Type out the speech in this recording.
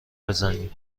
بزنیم